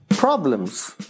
Problems